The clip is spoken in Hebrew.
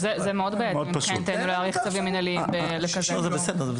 וזה מאוד בעייתי מבחינתנו להאריך צווים מינהליים לכזה זמן.